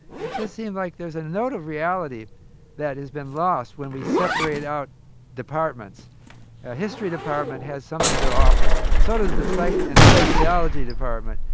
it just seemed like there was a note of reality that has been lost when we separate out departments. a history department has something to offer so does the psych and sociology department,